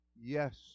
yes